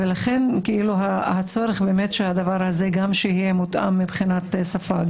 ולכן הצורך הזה שהדבר הזה גם יהיה מותאם מבחינת שפה,